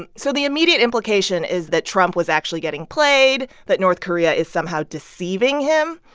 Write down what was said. and so the immediate implication is that trump was actually getting played, that north korea is somehow deceiving him.